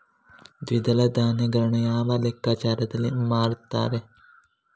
ದ್ವಿದಳ ಧಾನ್ಯಗಳನ್ನು ಯಾವ ಲೆಕ್ಕಾಚಾರದಲ್ಲಿ ಮಾರ್ತಾರೆ?